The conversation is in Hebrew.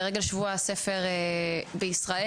אני שמחה לפתוח את הדיון הזה לרגל שבוע הספר בישראל.